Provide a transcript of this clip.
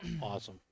Awesome